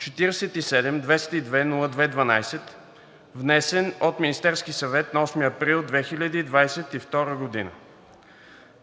47-202-02-12, внесен от Министерския съвет на 8 април 2022 г.